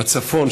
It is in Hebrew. בצפון,